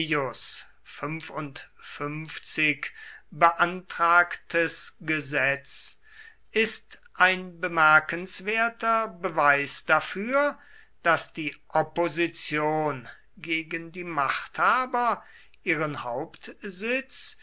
beantragtes gesetz ist ein bemerkenswerter beweis dafür daß die opposition gegen die machthaber ihren hauptsitz